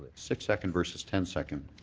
six second versus ten second.